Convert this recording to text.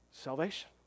salvation